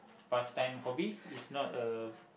past time hobby is not a